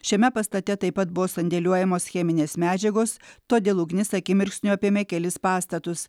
šiame pastate taip pat buvo sandėliuojamos cheminės medžiagos todėl ugnis akimirksniu apėmė kelis pastatus